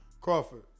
Crawford